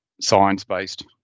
Science-based